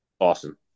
Awesome